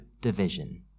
division